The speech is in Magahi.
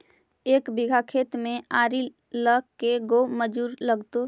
एक बिघा खेत में आरि ल के गो मजुर लगतै?